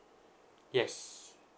yes